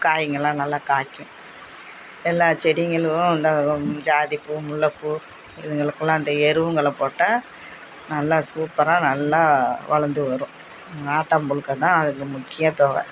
காய்ங்கள்லாம் நல்லா காய்க்கும் எல்லா செடிகளும் இந்த ஜாதி பூ முல்லைப்பூ இதுங்களுக்கெலாம் இந்த எருவுங்கள போட்டால் நல்லா சூப்பராக நல்லா வளர்ந்து வரும் ஆட்டாம் புழுக்கை தான் அதுக்கு முக்கியத்தேவ